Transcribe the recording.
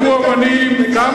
אנחנו מתקדמים, עוד